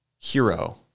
hero